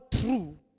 true